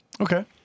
Okay